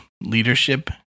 leadership